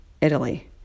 Italy